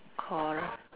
quarrel